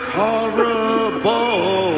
horrible